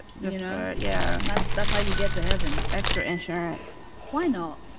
you know. yeah, that's that's how you get to heaven. extra insurance. why not?